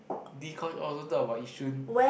D coin all also talk about Yishun